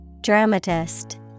Dramatist